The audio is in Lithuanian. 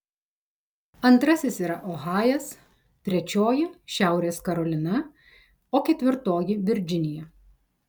antrasis yra ohajas trečioji šiaurės karolina o ketvirtoji virdžinija